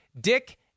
Dick